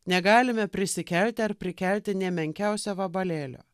negalime prisikelti ar prikelti nė menkiausio vabalėlio